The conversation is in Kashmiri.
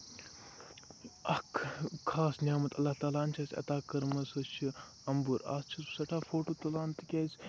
اکھ خاص نعمَت اللہ تعالٰی ہن چھےٚ اَسہِ عطا کٔرمٕژ سُہ چھِ اَمبُر اَتھ چھُس سٮ۪ٹھاہ فوٹو تُلان تِکیازِ